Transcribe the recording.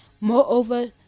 Moreover